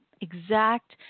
exact